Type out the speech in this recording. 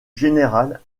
général